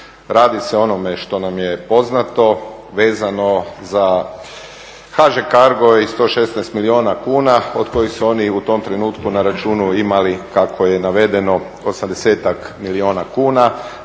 Radi se o onome što nam je poznato vezano za HŽ CARGO i 116 milijuna kuna od kojih su oni u tom trenutku na računu imali kako je navedeno 80-ak milijuna kuna